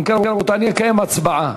אם כן, רבותי, אני אקיים הצבעה